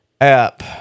app